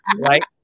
right